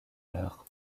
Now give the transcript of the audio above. leurre